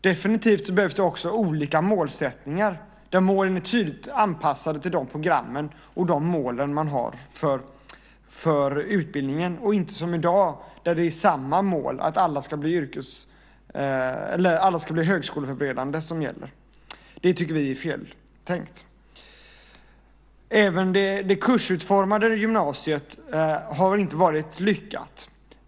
Definitivt behövs det också olika målsättningar, där målen är tydligt anpassade till de program och mål man har för utbildningen och inte som i dag där det är samma mål, att alla ska bli högskolebehöriga, som gäller. Det tycker vi är feltänkt. Det kursutformade gymnasiet har inte varit lyckat.